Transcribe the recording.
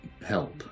help